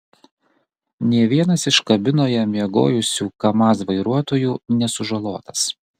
nė vienas iš kabinoje miegojusių kamaz vairuotojų nesužalotas